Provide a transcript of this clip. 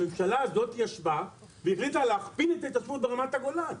הממשלה הזאתי ישבה והחליטה להכפיל את ההתיישבות ברמת הגולן,